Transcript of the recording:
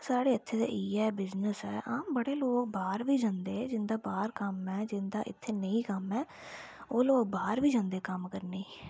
साढ़ै इत्थें ते इयै बिजनेस ऐ हां बड़े लोक बाह्र बी जंदे जिंदे बाह्र कम्म ऐ जिंदा इत्थें नेईं कम्म ऐ ओह् लोक बाह्र बी जंदे कम्म करने गी